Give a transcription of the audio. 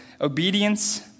Obedience